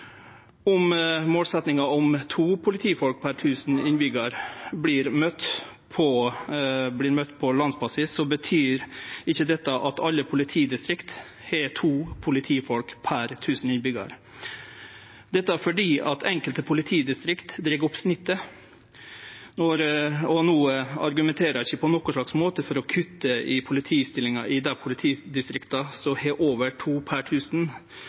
Om målsettinga om to politifolk per 1 000 innbyggjarar vert møtt på landsbasis, betyr ikkje det at alle politidistrikt har to politifolk per 1 000 innbyggjarar – dette fordi enkelte politidistrikt dreg opp snittet. No argumenterer eg ikkje på nokon måte for å kutte i politistillingar i dei politidistrikta som har over to per